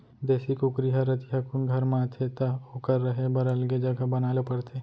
देसी कुकरी ह रतिहा कुन घर म आथे त ओकर रहें बर अलगे जघा बनाए ल परथे